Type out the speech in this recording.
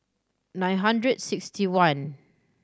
nine hundred sixty one